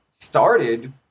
Started